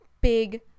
big